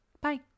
Bye